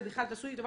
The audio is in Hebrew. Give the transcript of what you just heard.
ובכלל תעשו לי טובה,